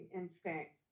instinct